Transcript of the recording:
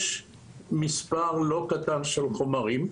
יש מספר לא קטן של חומרים,